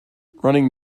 running